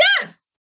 Yes